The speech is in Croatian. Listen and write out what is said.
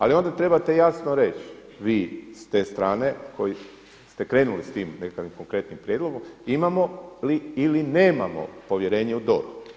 Ali onda trebate jasno reći vi s te strane koji ste krenuli s tim nekakvim konkretnim prijedlogom, imamo li ili nemamo povjerenje u DORH.